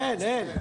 אין.